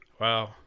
wow